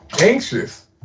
anxious